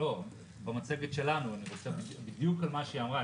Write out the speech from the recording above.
רוצה במצגת שלנו להגיב למה שהיא אמרה.